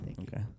Okay